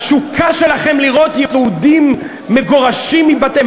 התשוקה שלכם לראות יהודים מגורשים מבתיהם.